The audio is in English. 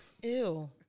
Ew